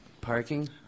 Parking